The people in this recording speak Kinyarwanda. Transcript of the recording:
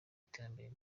iterambere